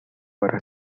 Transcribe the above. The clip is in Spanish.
para